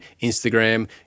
Instagram